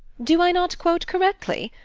do i not quote correctly?